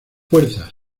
fuerza